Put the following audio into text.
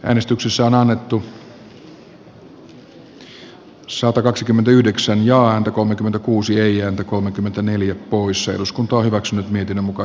äänestyksessä oras tynkkysen ja työelämä ja tasa arvovaliokunnan jäseneksi satu haapasen